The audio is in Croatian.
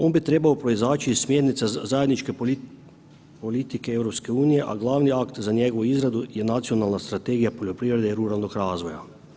On bi trebao proizaći iz smjernica zajedničke politike EU, a glavni akt za njegovu izradu je Nacionalna strategija poljoprivrede i ruralnog razvoja.